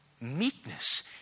Meekness